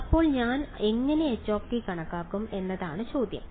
അപ്പോൾ ഞാൻ എങ്ങനെ h കണക്കാക്കും എന്നതാണ് ചോദ്യം